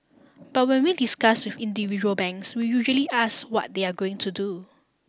but when we discuss individual banks we usually ask what they are going to do